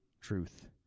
Truth